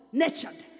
natured